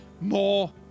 more